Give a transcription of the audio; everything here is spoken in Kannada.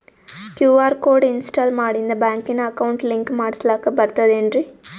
ಕ್ಯೂ.ಆರ್ ಕೋಡ್ ಇನ್ಸ್ಟಾಲ ಮಾಡಿಂದ ಬ್ಯಾಂಕಿನ ಅಕೌಂಟ್ ಲಿಂಕ ಮಾಡಸ್ಲಾಕ ಬರ್ತದೇನ್ರಿ